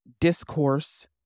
discourse